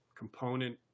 component